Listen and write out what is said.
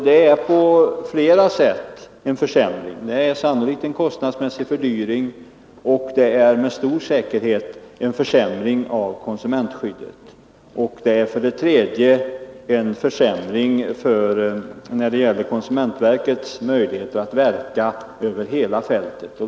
Det är alltså på flera sätt en försämring. Det blir för det första sannolikt en kostnadsmässig fördyring, för det andra med stor säkerhet en försämring av konsumentskyddet och för det tredje en försämring när det gäller konsu mentverkets möjligheter att verka över hela fältet.